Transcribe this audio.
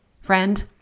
Friend